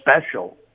special